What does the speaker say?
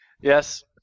Yes